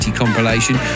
compilation